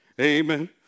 amen